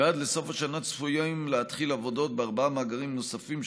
ועד לסוף השנה צפויים להתחיל עבודות בארבעה מאגרים נוספים,